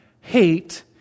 hate